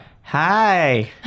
Hi